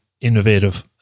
innovative